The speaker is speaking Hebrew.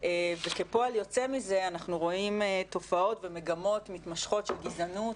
וכפועל יוצא מזה אנחנו רואים תופעות ומגמות מתמשכות של גזענות